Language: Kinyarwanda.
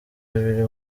biri